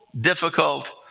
difficult